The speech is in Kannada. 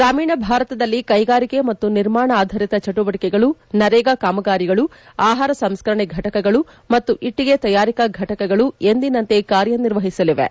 ಗ್ರಾಮೀಣ ಭಾರತದಲ್ಲಿ ಕೈಗಾರಿಕೆ ಮತ್ತು ನಿರ್ಮಾಣ ಆಧರಿತ ಚಟುವಟಿಕೆಗಳು ನರೇಗಾ ಕಾಮಗಾರಿಗಳು ಆಹಾರ ಸಂಸ್ಕರಣೆ ಘಟಕಗಳು ಮತ್ತು ಇಟ್ಟಿಗೆ ತಯಾರಿಕಾ ಘಟಕಗಳು ಎಂದಿನಂತೆ ಕಾರ್ಯ ನಿರ್ವಹಿಸಲಿವೆ